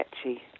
sketchy